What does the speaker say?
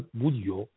budio